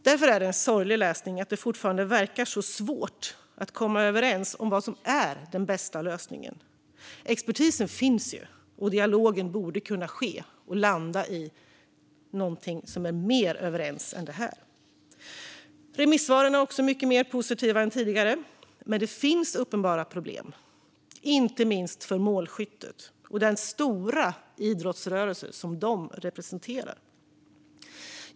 Därför är det sorglig läsning att det fortfarande verkar vara så svårt att komma överens om vad som är den bästa lösningen. Expertisen finns, och dialogen borde kunna ske och landa i någonting där man är mer överens än i detta. Remissvaren är mycket mer positiva än tidigare. Men det finns uppenbara problem, inte minst för målskyttet och den stora idrottsrörelse det representerar.